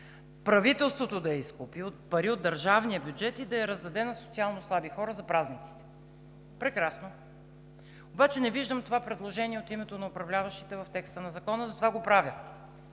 правителството да я изкупи с пари от държавния бюджет и да я раздаде на социалнослаби хора за празниците. Прекрасно! Обаче не виждам това предложение от името на управляващите в текста на Закона, затова го правя,